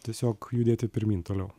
tiesiog judėti pirmyn toliau